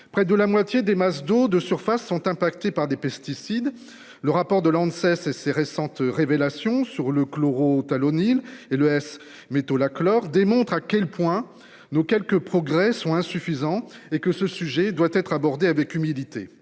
près de la moitié des masses d'eau de surface sont impactés par des pesticides. Le rapport de lancer ces ces récentes révélations sur le chlorothalonil et le S-métolachlore démontre à quel point nos quelques progrès sont insuffisants et que ce sujet doit être abordé avec humilité